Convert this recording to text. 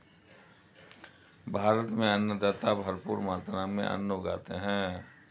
भारत में अन्नदाता भरपूर मात्रा में अन्न उगाते हैं